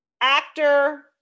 actor